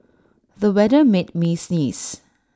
the weather made me sneeze